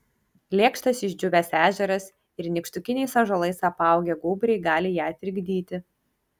lėkštas išdžiūvęs ežeras ir nykštukiniais ąžuolais apaugę gūbriai gali ją trikdyti